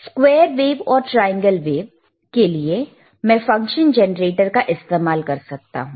square wave और triangle wave के लिए मैं फंक्शन जनरेटर का इस्तेमाल कर सकता हूं